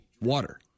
water